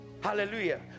hallelujah